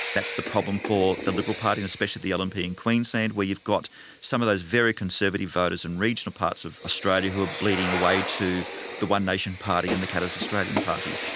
that's the problem for the liberal party and especially the lnp in queensland where you've got some of those very conservative voters and regional parts of australia who are bleeding away to the one nation party and the katter's australian party.